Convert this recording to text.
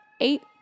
eight